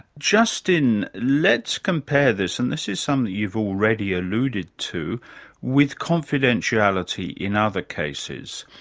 justin, let's compare this and this is something you've already alluded to with confidentiality in other cases.